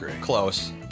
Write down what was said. close